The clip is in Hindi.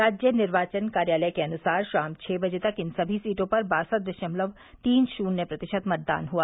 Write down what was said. राज्य निर्वाचन कार्यालय के अनुसार शाम छः बजे तक इन समी सीटों पर बासठ दशमलव तीन शून्य प्रतिशत मतदान हुआ